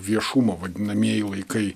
viešumo vadinamieji laikai